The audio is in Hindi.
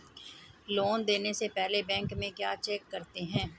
लोन देने से पहले बैंक में क्या चेक करते हैं?